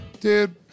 Dude